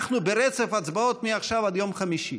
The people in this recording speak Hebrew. אנחנו ברצף הצבעות מעכשיו עד יום חמישי,